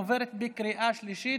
עוברת בקריאה שלישית,